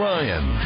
Ryan